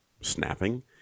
snapping